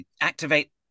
Activate